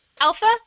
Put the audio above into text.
Alpha